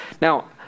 Now